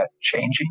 changing